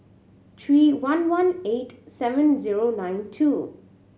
three one one eight seven zero nine two